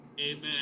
amen